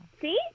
see